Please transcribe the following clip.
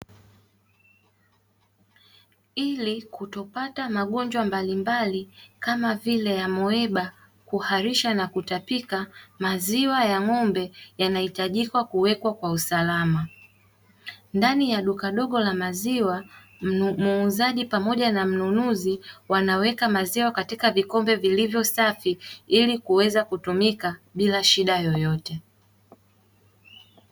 Ili kutopata magonjwa mbalimbali kama vile; amoeba, kuharisha na kutapika, maziwa ya ng'ombe yanahitajika kuwekwa kwa usalama. Ndani ya duka dogo la maziwa muuzaji pamoja na mnunuzi, wanaweka maziwa katka vikombe vilivyo safi, ili kuweza kutumika bila shida yoyote.